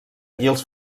guils